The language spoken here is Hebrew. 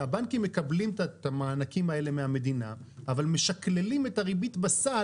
שהבנקים מקבלים את המענקים האלה מהמדינה אבל משקללים את הריבית בסל,